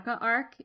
arc